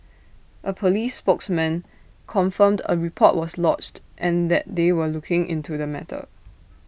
A Police spokesman confirmed A report was lodged and that they were looking into the matter